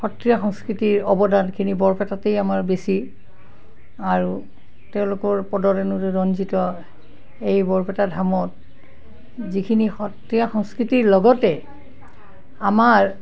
সত্ৰীয়া সংস্কৃতিৰ অৱদানখিনি বৰপেটাতেই আমাৰ বেছি আৰু তেওঁলোকৰ পদৰেণুৰে ৰঞ্জিত এই বৰপেটা ধামত যিখিনি সত্ৰীয়া সংস্কৃতিৰ লগতে আমাৰ